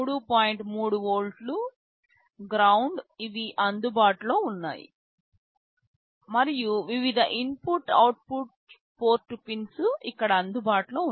3 వోల్ట్లు గ్రౌండ్ ఇవి అందుబాటులో ఉన్నాయి మరియు వివిధ ఇన్పుట్ అవుట్పుట్ పోర్ట్ పిన్స్ ఇక్కడ అందుబాటులో ఉన్నాయి